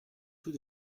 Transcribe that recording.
rue